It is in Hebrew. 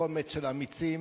קומץ של אמיצים,